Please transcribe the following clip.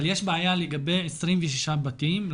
אבל יש בעיה לגבי 26 בתים,